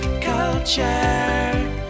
Culture